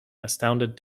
astounded